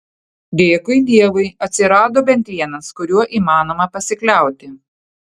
dėkui dievui atsirado bent vienas kuriuo įmanoma pasikliauti